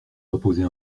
reposer